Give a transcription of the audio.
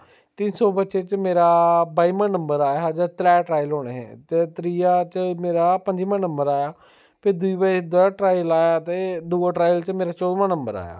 तिन सौ बच्चे च मेरा बाइमां नंबर आया हा ते त्रै टराएल होने हे ते त्रीऐ च मेरा पंजमां नंबर आया भाई दूआ जेह्ड़ा टराएल ऐ ते दूऐ टराएल च मेरा चौह्दमां नंबर आया